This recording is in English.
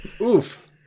oof